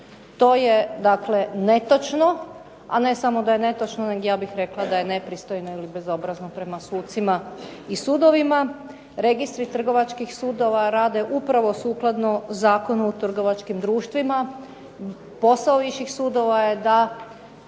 dakle netočno, a ne samo da je netočno nego je i nepristojno ili bezobrazno prema sucima i sudovima, registri trgovačkih sudova rade upravo sukladno zakonu o trgovačkim društvima, posao viših sudova je da